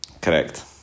Correct